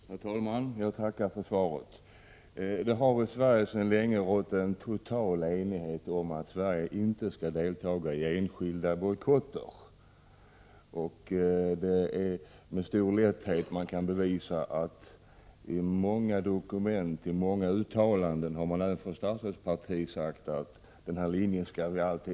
Herr talman! Jag tackar för svaret. Det har i Sverige sedan länge rått en total enighet om att Sverige inte skall delta i enskilda bojkotter. Med stor lätthet kan genom många dokument och uttalanden bevisas att även statsrådets parti har sagt att denna linje alltid skall hållas.